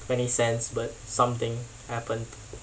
twenty cents but something happened